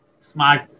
smart